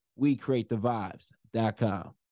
WeCreateTheVibes.com